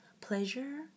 pleasure